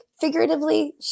figuratively